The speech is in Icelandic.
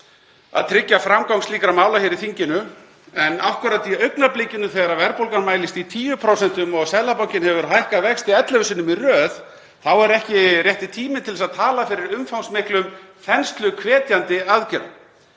að tryggja framgang slíkra mála hér í þinginu. En akkúrat í augnablikinu, þegar verðbólgan mælist í 10% og Seðlabankinn hefur hækkað vexti 11 sinnum í röð, þá er ekki rétti tíminn til að tala fyrir umfangsmiklum þensluhvetjandi aðgerðum.